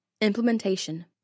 Implementation